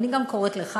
ואני גם קוראת לך,